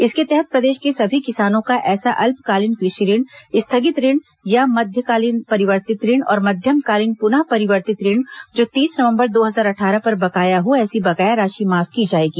इसके तहत प्रदेश के सभी किसानों का ऐसा अल्पकालीन कृषि ऋण स्थगित ऋण या मध्यकालीन परिवर्तित ऋण और मध्यमकालीन पुनः परिवर्तित ऋण जो तीस नवंबर दो हजार अट्ठारह पर बकाया हो ऐसी बकाया राशि माफ की जाएगी